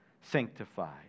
sanctified